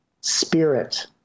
spirit